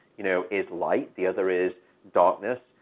you know, is light. the other is darkness.